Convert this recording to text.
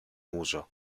uso